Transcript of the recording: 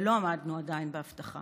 ולא עמדנו עדיין בהבטחה,